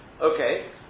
Okay